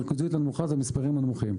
הריכוזיות הנמוכה זה המספרים הנמוכים.